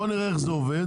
בוא נראה איך זה עובד.